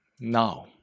now